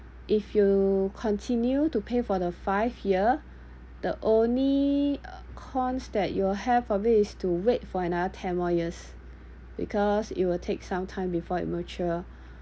if you continue to pay for the five year the only uh cons that you'll have probably is to wait for another ten more years because it will take some time before it mature